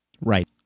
Right